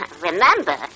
remember